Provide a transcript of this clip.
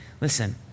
Listen